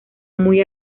muy